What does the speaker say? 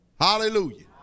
hallelujah